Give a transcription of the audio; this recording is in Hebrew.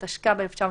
התשכ"ב-1962,